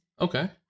Okay